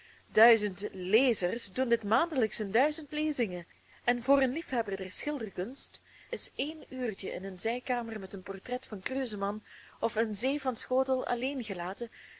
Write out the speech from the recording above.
duizend lezers doen dit maandelijks in duizend lezingen en voor een liefhebber der schilderkunst is één uurtjen in eene zijkamer met een portret van kruseman of eene zee van schotel alleen gelaten